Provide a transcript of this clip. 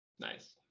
Nice